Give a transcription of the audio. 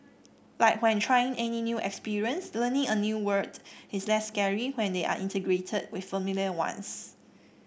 like when trying any new experience learning a new word is less scary when they are integrated with familiar ones